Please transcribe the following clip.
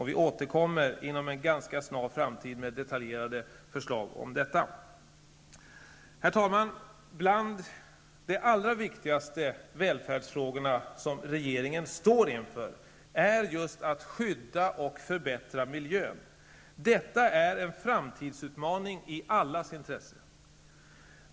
Vi återkommer inom en ganska snar framtid med detaljerade förslag om detta. Herr talman! Bland de allra viktigaste välfärdsfrågor som regeringen står inför är att skydda och förbättra miljön. Detta är en framtidsutmaning i allas intresse.